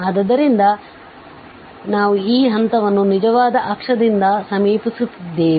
ಆದ್ದರಿಂದ ನಾವು ಈ ಹಂತವನ್ನು ನಿಜವಾದ ಅಕ್ಷದಿಂದ ಸಮೀಪಿಸುತ್ತಿದ್ದೇವೆ